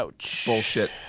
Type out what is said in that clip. bullshit